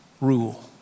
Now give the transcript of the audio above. rule